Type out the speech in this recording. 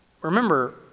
Remember